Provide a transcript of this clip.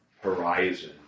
horizon